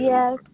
Yes